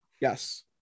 Yes